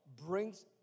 brings